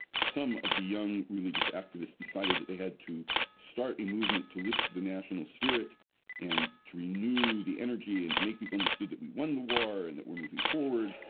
some of the young religious activists decided that they had to start a movement to lift the national spirit and to renew the energy and to make people understood that we won the war, and that we're moving forward.